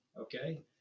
okay